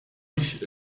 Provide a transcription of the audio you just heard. ich